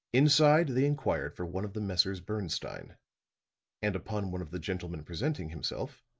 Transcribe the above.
inside they inquired for one of the messrs. bernstine and upon one of the gentlemen presenting himself,